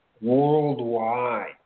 worldwide